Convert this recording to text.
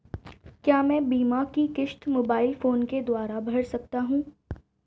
क्या मैं बीमा की किश्त मोबाइल फोन के द्वारा भर सकता हूं?